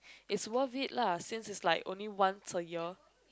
it's worth it lah since its like only once a year